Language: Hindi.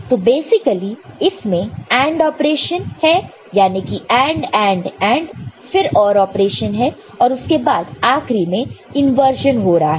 तो बेसिकली इसमें AND ऑपरेशन है यानी कि AND AND AND फिर OR ऑपरेशन और उसके बाद आखिर में इंवर्जन हो रहा है